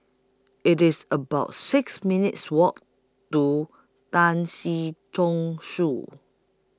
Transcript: IT IS about six minutes' Walk to Tan Si Chong Su